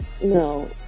no